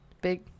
Big